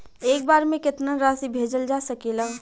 एक बार में केतना राशि भेजल जा सकेला?